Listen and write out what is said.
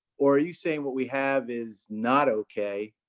or are you saying what we have is not okay